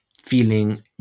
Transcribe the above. feeling